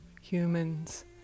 humans